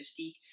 Mystique